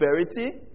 prosperity